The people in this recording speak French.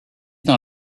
dans